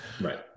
Right